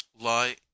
lie